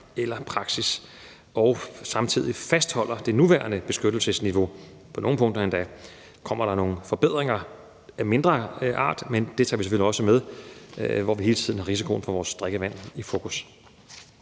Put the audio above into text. eller praksis og samtidig fastholder det nuværende beskyttelsesniveau – på nogle punkter kommer der endda nogle forbedringer af mindre art, men det tager vi selvfølgelig også med – og hvori vi hele tiden har risici for vores drikkevand i fokus.